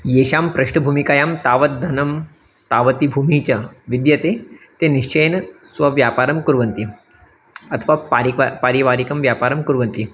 येषां पृष्टभूमिकायां तावद्धनं तावती भूमिः च विद्यते ते निश्चयेन स्वव्यापारं कुर्वन्ति अथवा पारम्परिकं पारिवारिकं व्यापारं कुर्वन्ति